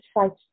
sites